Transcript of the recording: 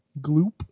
Gloop